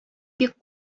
бик